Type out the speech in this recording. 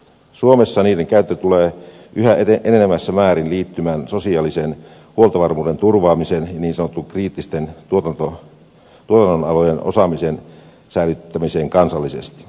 suomessa niiden käyttö tulee yhä enenevässä määrin liittymään sotilaallisen huoltovarmuuden turvaamiseen ja niin sanottujen kriittisten tuotannonalojen ja osaamisen säilyttämiseen kansallisesti